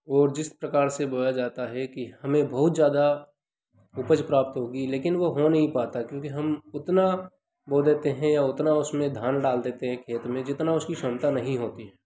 और जिस प्रकार से बोया जाता हे कि हमें बहुत ज़्यादा उपज प्राप्त होगी लेकिन वो हो नहीं पाता क्योंकि हम उतना बो देते हैं या उतना उसमें धान डाल देते हैं खेत में जितना उसकी क्षमता नहीं होती